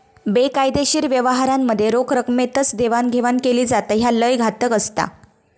बेकायदेशीर व्यवहारांमध्ये रोख रकमेतच देवाणघेवाण केली जाता, ह्या लय घातक असता